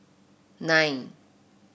nine